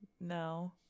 No